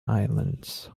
islands